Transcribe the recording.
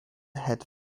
head